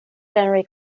generally